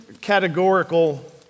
categorical